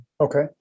Okay